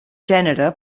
gènere